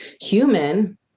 human